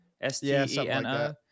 S-T-E-N-O